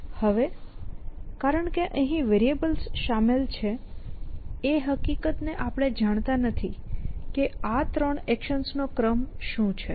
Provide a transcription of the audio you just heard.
હવે કારણ કે અહીં વેરીએબલ્સ શામેલ છે એ હકીકતને આપણે જાણતા નથી કે આ 3 એક્શન્સનો ક્રમ શું છે